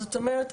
זאת אומרת,